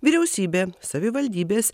vyriausybė savivaldybės